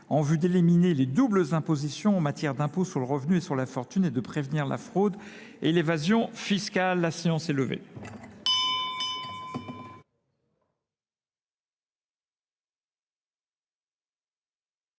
en vue d'éliminer les doubles impositions en matière d'impôts sur le revenu et sur la fortune et de prévenir la fraude et l'évasion fiscale. La séance est levée.